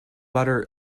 butter